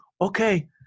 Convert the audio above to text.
okay